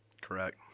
Correct